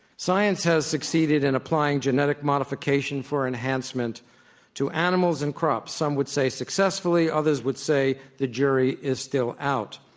science has succeeded in applying genetic modification for enhancement to animals and crops, some would say successfully, others would say the jury is still out.